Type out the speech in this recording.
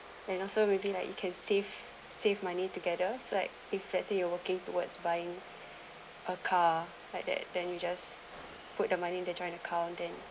and also maybe like you can save save money together so like if let's say you are working towards buying a car like that then you just put the money in the joint account then